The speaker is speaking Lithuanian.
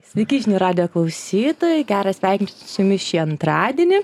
sveiki žinių radijo klausytojai gera sveikintis su jumis šį antradienį